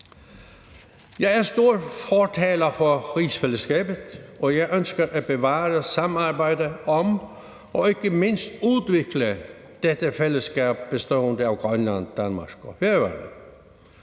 Jeg er en stor fortaler for rigsfællesskabet, og jeg ønsker at bevare samarbejdet om og ikke mindst udvikle dette fællesskab bestående af Grønland, Danmark og Færøerne.